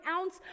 ounce